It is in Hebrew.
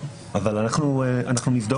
אנחנו נבדוק את זה.